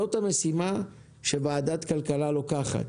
זאת המשימה שוועדת הכלכלה לוקחת.